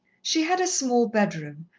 she had a small bedroom,